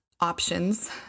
options